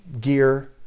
gear